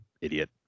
idiot